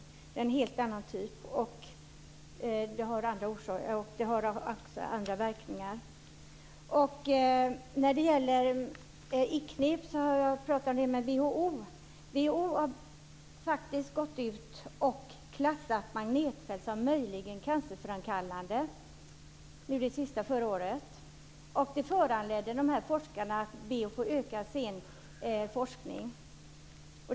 Det är en helt annan typ, som också har andra verkningar. När det gäller ICNIRP så har jag pratat en del med WHO. WHO har gått ut och klassat magnetfält som möjligen cancerframkallande. Det var det sista som gjordes förra året. Det föranledde forskarna att be att få öka sin forskning.